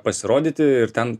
pasirodyti ir ten